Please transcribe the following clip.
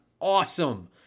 awesome